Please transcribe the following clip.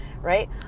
right